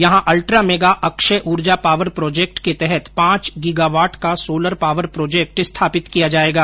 यहां अल्ट्रामेगा अक्षय ऊर्जा पावर प्रोजेक्ट के तहत पांच गीगावॉट का सोलर पावर प्रोजेक्ट स्थापित किया जायेगा